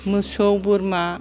मोसौ बोरमा